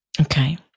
Okay